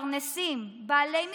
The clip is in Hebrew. מתפרנסים, בעלי מקצועות,